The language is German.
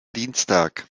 dienstag